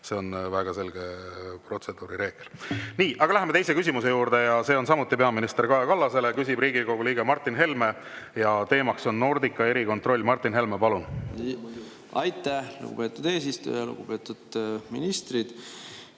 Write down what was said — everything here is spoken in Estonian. Martin Helme, palun! Nii! Aga läheme teise küsimuse juurde, see on samuti peaminister Kaja Kallasele. Küsib Riigikogu liige Martin Helme ja teema on Nordica erikontroll. Martin Helme, palun! Aitäh, lugupeetud eesistuja! Lugupeetud ministrid!